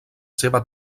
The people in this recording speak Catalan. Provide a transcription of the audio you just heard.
seva